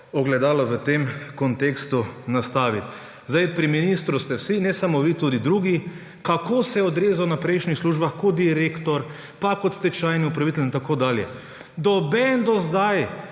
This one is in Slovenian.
ogledalo v tem kontekstu nastaviti. Pri ministru ste vsi, ne samo vi, tudi drugi, razpravljali, kako se je odrezal v prejšnjih službah kot direktor pa kot stečajni upravitelj in tako dalje. Nihče do zdaj